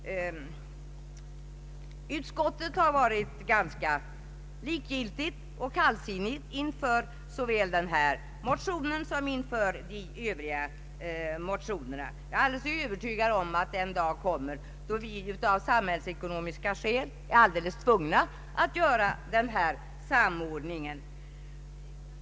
Utskottet har varit ganska likgiltigt och kallsinnigt inför såväl denna motion som inför de övriga motionerna. Jag är övertygad om att den dag kommer då vi av samhällsekonomiska skäl är tvungna att göra en sådan samordning.